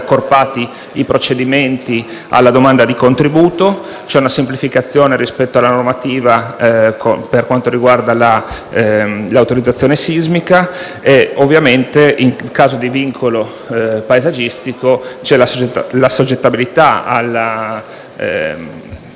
accorpati i procedimenti alla domanda di contributo, c'è una semplificazione rispetto alla normativa per quanto riguarda l'autorizzazione sismica e, ovviamente, in caso di vincolo paesaggistico, c'è l'assoggettabilità alla